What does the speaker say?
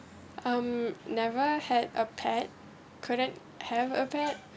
um never had a pet couldn't have a pet